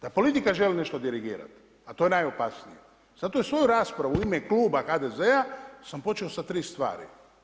Da politika želi nešto dirigirati a to je najopasnije zato sam svoju raspravu u ime kluba HDZ-a počeo sa tri stvari.